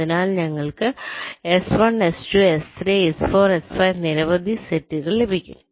അതിനാൽ ഞങ്ങൾക്ക് S1 S2 S3 S4 S5 നിരവധി സെറ്റുകൾ ലഭിക്കും